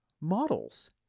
models